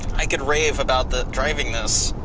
i could rave about the driving this,